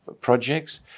projects